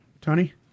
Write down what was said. Tony